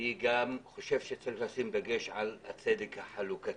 אני חושב שצריך לשים דגש גם על הצדק החלוקתי